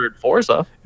Forza